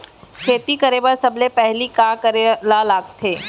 खेती करे बर सबले पहिली का करे ला लगथे?